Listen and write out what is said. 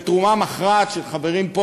בתרומה מכרעת של חברים פה,